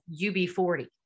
UB40